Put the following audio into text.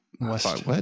West